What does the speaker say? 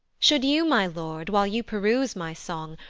should you, my lord, while you peruse my song,